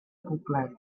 poblet